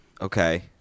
Okay